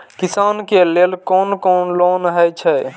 किसान के लेल कोन कोन लोन हे छे?